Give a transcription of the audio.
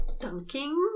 dunking